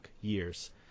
years